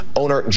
owner